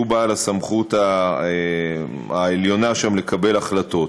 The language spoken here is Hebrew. שהוא בעל הסמכות העליונה שם לקבל החלטות.